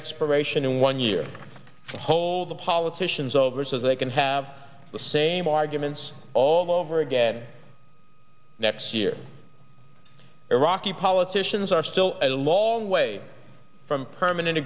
expiration in one year hold the politicians over so they can have the same arguments all over again next year iraqi politicians are still a law way from permanent